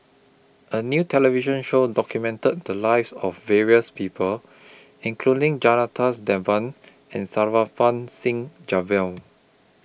A New television Show documented The Lives of various People including Janadas Devan and Singh